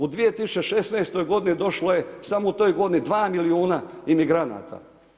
U 2016. g. došlo je samo u toj godini 2 milijuna imigranata.